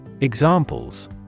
Examples